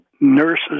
nurses